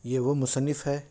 یہ وہ مصنف ہے